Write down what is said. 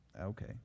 okay